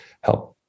help